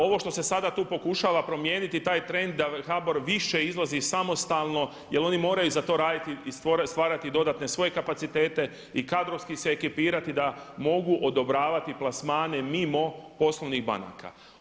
Ovo što se sada tu pokušava promijeniti, taj trend da HBOR više izlazi samostalno, jer oni moraju za to raditi i stvarati dodatne svoje kapacitete i kadrovski se ekipirati da mogu odobravati plasmane mimo poslovnih banaka.